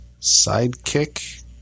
sidekick